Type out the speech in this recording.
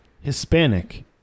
Hispanic